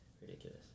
ridiculous